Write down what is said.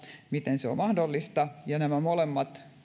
miten se olisi mahdollista nämä molemmat